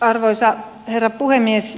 arvoisa herra puhemies